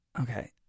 Okay